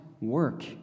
work